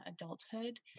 adulthood